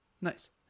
Nice